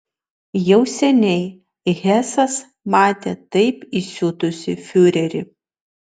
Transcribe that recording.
jau seniai hesas matė taip įsiutusį fiurerį